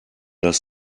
das